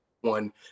one